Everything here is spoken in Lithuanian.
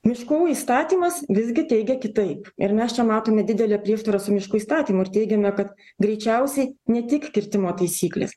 miškų įstatymas visgi teigia kitaip ir mes čia matome didelę prieštarą su miškų įstatymu ir teigiame kad greičiausiai ne tik kirtimo taisyklės